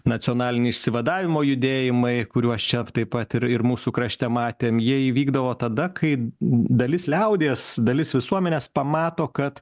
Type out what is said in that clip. nacionalinio išsivadavimo judėjimai kuriuos čia taip pat ir ir mūsų krašte matėm jie įvykdavo tada kai dalis liaudies dalis visuomenės pamato kad